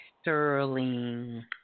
Sterling